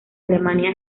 alemania